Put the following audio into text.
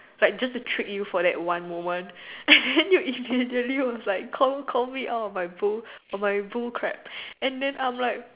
like just to trick you for that one moment and you immediately was like call call me out on my bull on my bull crap and then I'm like